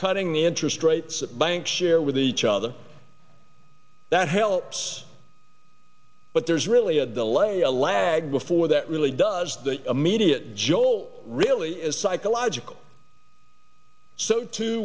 cutting the interest rates that banks share with each other that helps but there's really a delay a lag before that really does the immediate jolt really is psychological so too